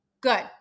Good